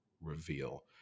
reveal